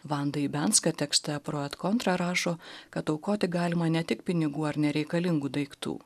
vandai ibianskai tekste projet kontra rašo kad aukoti galima ne tik pinigų ar nereikalingų daiktų